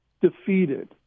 defeated